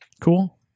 Cool